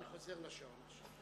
אני חוזר לשעון.